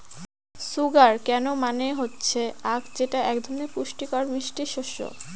sugar cane মানে হচ্ছে আঁখ যেটা এক ধরনের পুষ্টিকর মিষ্টি শস্য